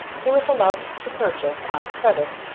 he was allowed to purchase, on credit,